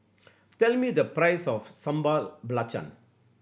tell me the price of Sambal Belacan